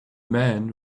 man